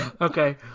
Okay